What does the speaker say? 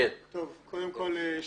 קודם כול,